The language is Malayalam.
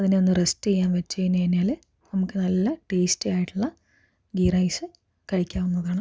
അതിനെ ഒന്ന് റസ്റ്റ് ചെയ്യാൻ വെച്ച് കഴിഞ്ഞു കഴിഞ്ഞാൽ നമുക്ക് നല്ല ടേസ്റ്റി ആയിട്ടുള്ള ഗീ റൈസ് കഴിക്കാവുന്നതാണ്